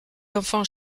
enfants